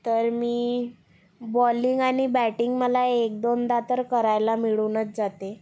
तर मी बॉलिंग आणि बॅटिंग मला एक दोनदा तर करायला मिळूनच जाते